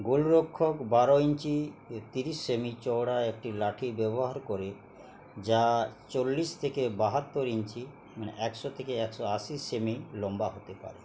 গোলরক্ষক বারো ইঞ্চি এ তিরিশ সেমি চওড়া একটি লাঠি ব্যবহার করে যা চল্লিশ থেকে বাহাত্তর ইঞ্চি একশো থেকে একশো আশি সেমি লম্বা হতে পারে